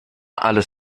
alles